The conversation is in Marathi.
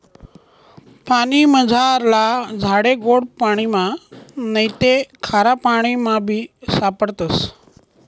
पानीमझारला झाडे गोड पाणिमा नैते खारापाणीमाबी सापडतस